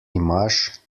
imaš